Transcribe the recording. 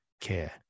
care